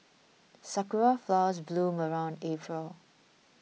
sakura flowers bloom around April